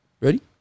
Ready